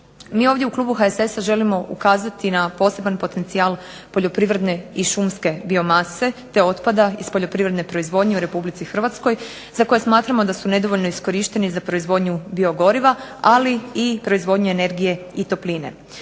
Mi ovdje u klubu HSS-a želimo ukazati na poseban potencijal poljoprivredne i šumske biomase, te otpada iz poljoprivredne proizvodnje u Republici Hrvatskoj, za koje smatramo da su nedovoljno iskorišteni za proizvodnju biogoriva, ali i proizvodnje energije i topline.